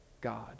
God